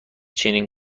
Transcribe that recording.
چنین